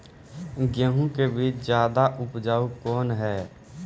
गेहूँ के बीज ज्यादा उपजाऊ कौन है?